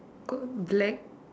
got black